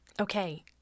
Okay